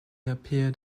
appeared